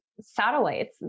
satellites